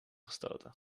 gestoten